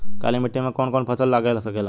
काली मिट्टी मे कौन कौन फसल लाग सकेला?